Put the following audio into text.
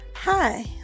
Hi